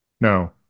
No